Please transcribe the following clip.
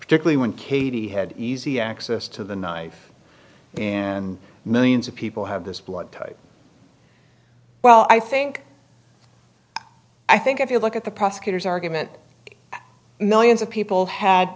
particularly when katie had easy access to the knife and millions of people have this blood type well i think i think if you look at the prosecutor's argument millions of people had